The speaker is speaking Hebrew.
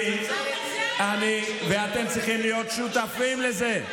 אני, ואתם צריכים להיות שותפים לזה.